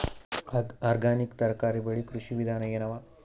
Organic ತರಕಾರಿ ಬೆಳಿ ಕೃಷಿ ವಿಧಾನ ಎನವ?